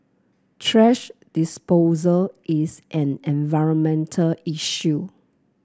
thrash disposal is an environmental issue